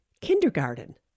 kindergarten